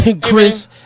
Chris